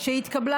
שהתקבלה,